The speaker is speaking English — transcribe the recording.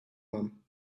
mum